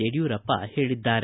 ಯಡಿಯೂರಪ್ಪ ಹೇಳಿದ್ದಾರೆ